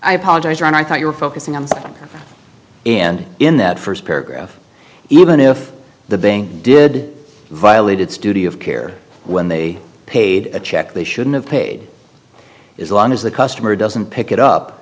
i apologize ron i thought you were focusing on and in that first paragraph even if the bank did violate its duty of care when they paid a check they shouldn't have paid is long as the customer doesn't pick it up